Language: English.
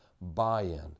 buy-in